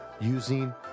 using